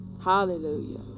Hallelujah